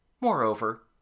Moreover